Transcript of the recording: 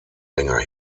länger